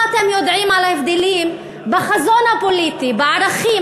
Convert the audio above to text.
מה אתם יודעים על ההבדלים בחזון הפוליטי, בערכים?